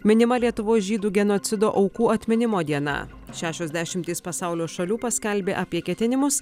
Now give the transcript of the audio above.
minima lietuvos žydų genocido aukų atminimo diena šešios dešimtys pasaulio šalių paskelbė apie ketinimus